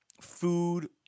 food